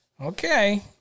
okay